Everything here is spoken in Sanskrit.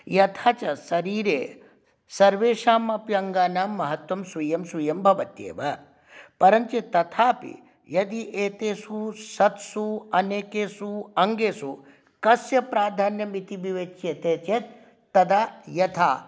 यथा च शरीरे सर्वेषामपि अङ्गानां महत्त्वं स्वीयं स्वीयं भवत्येव परञ्च तथापि यदि एतेषु षट्सु अनेकेषु अङ्गेषु कस्य प्राधान्यं इति विवेच्यते चेत् तदा यथा